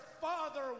father